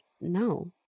no